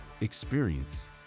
experience